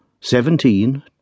seventeen